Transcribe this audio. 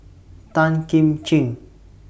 Tan Kim Ching